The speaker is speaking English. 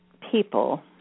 people